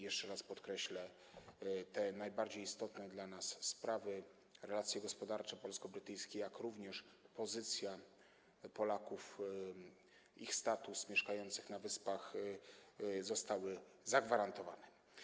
Jeszcze raz podkreślę: te najbardziej istotne dla nas sprawy, relacje gospodarcze polsko-brytyjskie, jak również pozycja Polaków mieszkających na Wyspach, ich status zostały zagwarantowane.